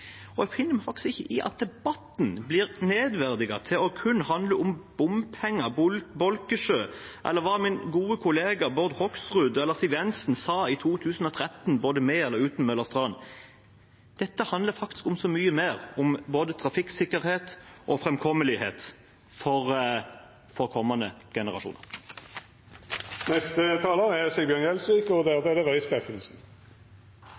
Jeg finner meg faktisk ikke i at debatten blir nedverdiget til kun å handle om bompenger, Bolkesjø eller hva min gode kollega Bård Hoksrud eller Siv Jensen sa i 2013, både med og uten Møllers tran. Dette handler om så mye mer, om både trafikksikkerhet og framkommelighet for kommende generasjoner. Jeg merker meg at representant etter representant fra Fremskrittspartiet går på talerstolen og